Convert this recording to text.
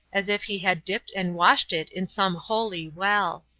as if he had dipped and washed it in some holy well.